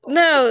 no